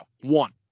One